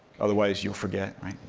otherwise, you'll forget, right?